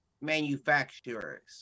manufacturers